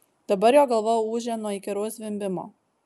dabar jo galva ūžė nuo įkyraus zvimbimo